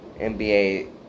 NBA